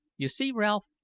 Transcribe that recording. you see, ralph,